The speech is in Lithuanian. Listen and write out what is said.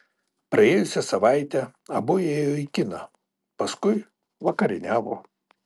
praėjusią savaitę abu ėjo į kiną paskui vakarieniavo